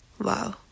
Wow